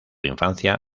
infancia